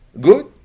good